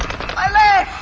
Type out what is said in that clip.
i